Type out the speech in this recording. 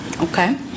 Okay